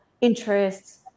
interests